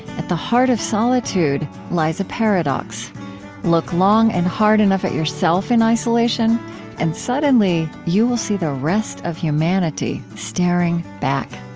at the heart of solitude lies a paradox look long and hard enough at yourself in isolation and suddenly you will see the rest of humanity staring back.